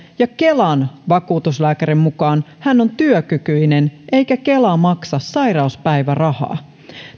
ja kelan vakuutuslääkärin mukaan hän on työkykyinen eikä kela maksa sairauspäivärahaa